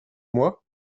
moi